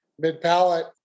mid-palate